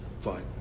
Fine